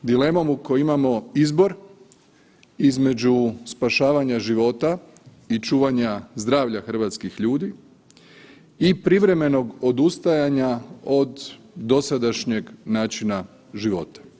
Dilemom u kojoj imamo izbor između spašavanja života i čuvanja zdravlja hrvatskih ljudi i privremenog odustajanja od dosadašnjeg načina života.